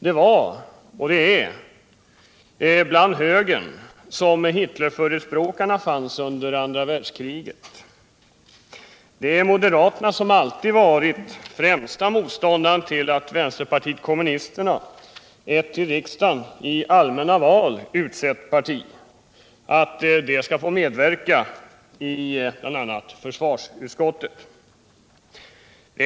Det var inom högern som Hitlerförespråkarna fanns under andra världskriget. Moderaterna var alltid de främsta motståndarna till att vänsterpartiet kommunisterna — ett av riksdagen i allmänna val utsett parti — skulle få medverka i bl.a. försvarsutskottets arbete.